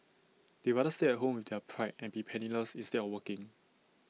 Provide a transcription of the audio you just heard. they rather stay at home with their pride and be penniless instead of working